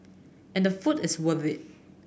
and the food is worth it